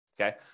okay